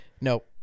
Nope